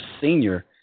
senior